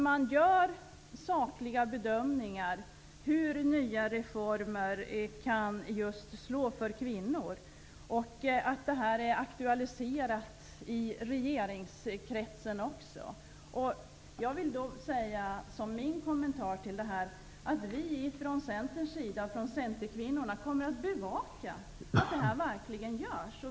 Man gör sakliga bedömningar av hur nya reformer kan slå för just kvinnor, och frågan är aktualiserad även i regeringskretsen. Min kommentar till detta är att vi centerkvinnor kommer att bevaka att detta verkligen görs.